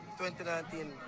2019